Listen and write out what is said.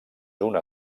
una